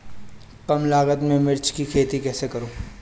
कम लागत में मिर्च की खेती कैसे करूँ?